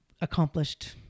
accomplished